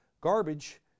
garbage